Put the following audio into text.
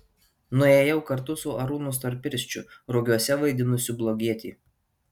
nuėjau kartu su arūnu storpirščiu rugiuose vaidinusiu blogietį